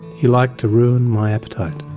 he liked to ruin my appetite.